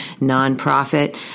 nonprofit